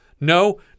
No